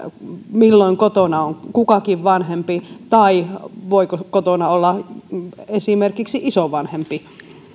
milloin kotona on kukakin vanhempi tai voiko kotona olla esimerkiksi isovanhempi